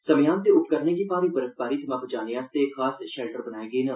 समेयान ते उपकरणें गी भारी बर्फबारी थमां बचाने आस्तै खास शैल्टर बनाए गे न